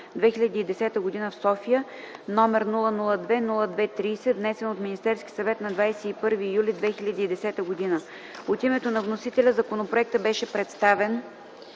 2010 г. в София, № 002-02-30, внесен от Министерския съвет на 21 юли 2010 г. От името на вносителя законопроектът беше представен